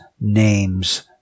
name's